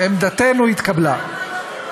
עמדתנו התקבלה.